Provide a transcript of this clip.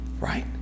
Right